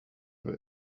over